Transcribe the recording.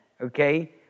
okay